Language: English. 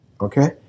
Okay